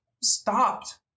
stopped